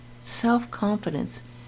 self-confidence